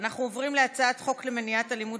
אנחנו עוברים להצעת חוק למניעת אלימות